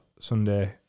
Sunday